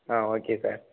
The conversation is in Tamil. ah okay sir